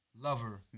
lover